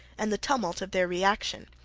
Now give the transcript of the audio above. and the tumult of their reaction,